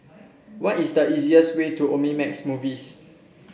what is the easiest way to Omnimax Movies